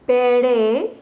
पेढे